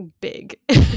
big